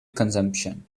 consumption